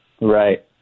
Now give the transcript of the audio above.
Right